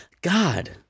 God